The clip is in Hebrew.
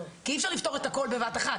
כי אי אפשר לפתור את הכל בבת אחת,